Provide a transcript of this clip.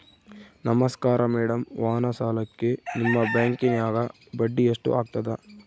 ನಮಸ್ಕಾರ ಮೇಡಂ ವಾಹನ ಸಾಲಕ್ಕೆ ನಿಮ್ಮ ಬ್ಯಾಂಕಿನ್ಯಾಗ ಬಡ್ಡಿ ಎಷ್ಟು ಆಗ್ತದ?